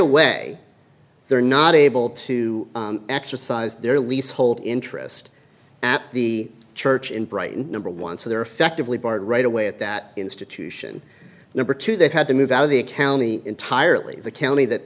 away they're not able to exercise their leasehold interest at the church in brighton number one so they're effectively barred right away at that institution number two they've had to move out of the county entirely the county that